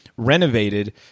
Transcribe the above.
renovated